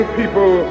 people